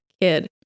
kid